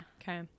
Okay